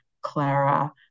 Clara